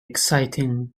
exciting